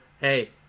hey